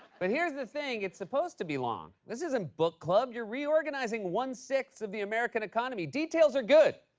but here's the thing. it's supposed to be long. this isn't book club. you're reorganizing one-sixth of the american economy. details are good.